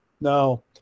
No